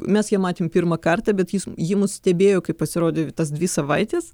mes ją matėm pirmą kartą bet ji mus stebėjo kaip pasirodė tas dvi savaites